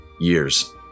years